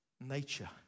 nature